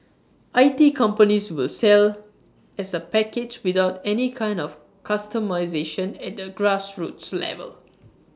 I T companies will sell as A package without any kind of customisation at A grassroots level